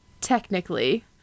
Technically